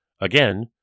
Again